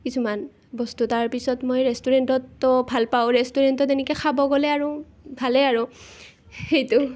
কিছুমান বস্তু তাৰপিছত মই ৰেষ্টুৰেণ্টতো ভাল পাওঁ ৰেষ্টুৰেণ্টত এনেকৈ খাব গ'লে আৰু ভালে আৰু সেইটো